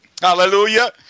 Hallelujah